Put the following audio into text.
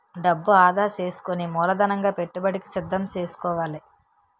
డబ్బు ఆదా సేసుకుని మూలధనంగా పెట్టుబడికి సిద్దం సేసుకోవాలి